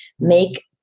make